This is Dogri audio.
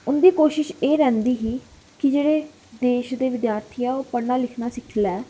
उंदी कोशिश एह् रौहंदी ही की जेह्ड़े देश दे विद्यार्थी ओह् पढ़ना लिखना शुरू करी देन